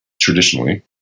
traditionally